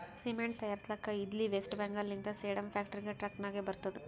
cement ತೈಯಾರ್ಸ್ಲಕ್ ಇದ್ಲಿ ವೆಸ್ಟ್ ಬೆಂಗಾಲ್ ಲಿಂತ ಸೇಡಂ ಫ್ಯಾಕ್ಟರಿಗ ಟ್ರಕ್ ನಾಗೆ ಬರ್ತುದ್